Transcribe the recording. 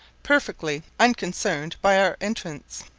perfectly unconcerned by our entrance.